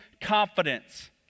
confidence